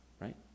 right